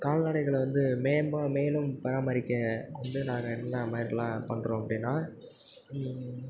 கால்நடைகளை வந்து மேன்பாக மேலும் பராமரிக்க வந்து நான் என்ன மாதிரிலாம் பண்ணுறோம் அப்படினா